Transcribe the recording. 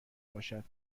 باشد